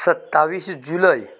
सत्तावीस जुलय